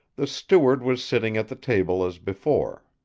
the steward was sitting at the table as before.